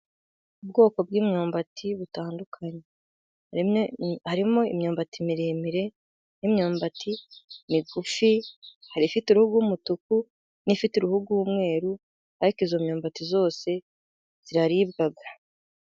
Ubwoko bw'imyumbati butandukanye, harimo imyumbati miremire n'imyambati migufi, hari ifite uruhu rw'umutuku n'ifite uruhu rw'umweru, ariko iyo myumbati yose iraribwa.